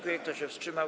Kto się wstrzymał?